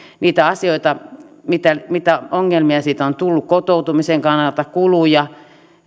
niitä asioita mitä ongelmia siitä on tullut kotoutumisen kannalta kuluja